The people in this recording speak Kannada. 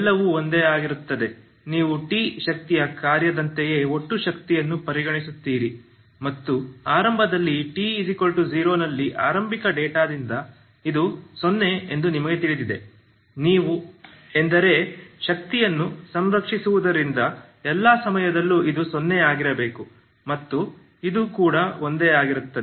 ಎಲ್ಲವೂ ಒಂದೇ ಆಗಿರುತ್ತದೆ ನೀವು t ಶಕ್ತಿಯ ಕಾರ್ಯದಂತೆಯೇ ಒಟ್ಟು ಶಕ್ತಿಯನ್ನು ಪರಿಗಣಿಸುತ್ತೀರಿ ಮತ್ತು ಆರಂಭದಲ್ಲಿ t0 ನಲ್ಲಿ ಆರಂಭಿಕ ಡೇಟಾದಿಂದ ಇದು 0 ಎಂದು ನಿಮಗೆ ತಿಳಿದಿದೆ ನೀವು ಎಂದರೆ ಶಕ್ತಿಯನ್ನು ಸಂರಕ್ಷಿಸಿರುವುದರಿಂದ ಎಲ್ಲಾ ಸಮಯದಲ್ಲೂ ಇದು 0 ಆಗಿರಬೇಕು ಮತ್ತು ಇದು ಕೂಡ ಒಂದೇ ಆಗಿರುತ್ತದೆ